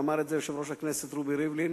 ואמר את זה יושב-ראש הכנסת רובי ריבלין